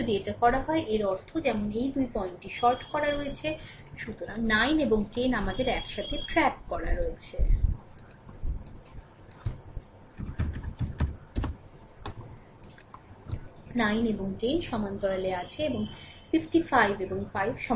সুতরাং যদি এটি হয় এর অর্থ যেমন এই দুটি পয়েন্টটি শর্ট করা রয়েছে সুতরাং 9 এবং 10 আমাদের একসাথে ট্র্যাপ করা হয়েছে 9 এবং 10 সমান্তরাল আছে এবং 55 এবং 5 সমান্তরাল আছে